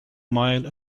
mile